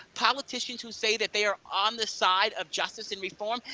politicians who say that they are on the side of justice and reform,